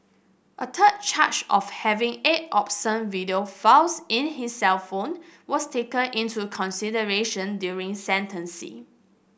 a third charge of having eight obscene video files in his cellphone was taken into consideration during sentencing